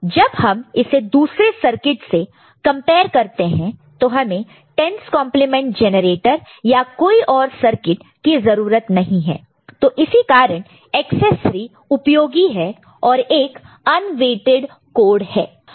जब हम इसे दूसरे सर्किट से कंपेयर करते हैं तो हमें 10's कंप्लीमेंट जनरेटर या कोई और सर्किट की जरूरत नहीं है तो इसी कारण एकसेस 3 उपयोगी है और एक अन्वेट्इड कोड है